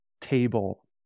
table